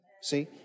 See